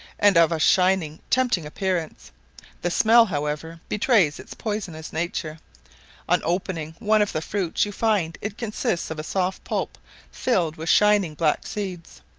and of a shining tempting appearance the smell, however, betrays its poisonous nature on opening one of the fruits you find it consists of a soft pulp filled with shining black seeds.